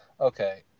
okay